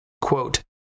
quote